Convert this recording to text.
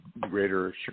greater